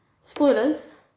Spoilers